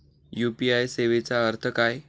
UPI सेवेचा अर्थ काय?